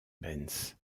benz